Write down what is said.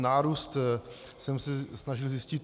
Nárůst jsem se snažil zjistit.